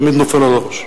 תמיד נופל על הראש.